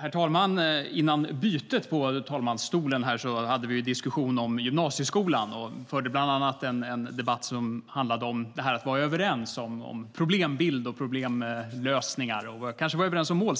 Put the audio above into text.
Herr talman! Innan bytet på talmansstolen hade vi en diskussion om gymnasieskolan. Vi hade en debatt om att vara överens om problembilder och problemlösningar. Vi kanske också var överens om målen.